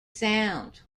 sound